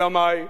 אלא מאי?